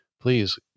please